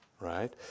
right